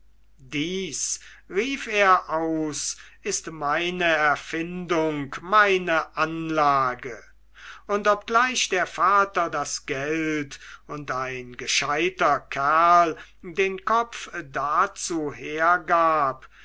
rief er aus ist meine erfindung meine anlage und obgleich der vater das geld und ein gescheiter kerl den kopf dazu hergab